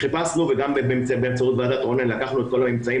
חיפשנו וגם באמצעות ועדת רונן לקחנו את כל האמצעים,